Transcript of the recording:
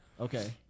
Okay